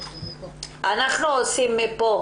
אנחנו עושים פה,